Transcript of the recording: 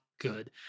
good